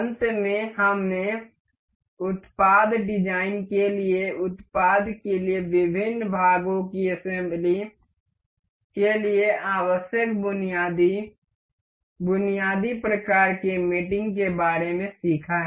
अंत में हमने उत्पाद डिजाइन के लिए उत्पाद के लिए विभिन्न भागों की असेम्ब्ली के लिए आवश्यक बुनियादी बुनियादी प्रकार के मेटिंग के बारे में सीखा है